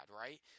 right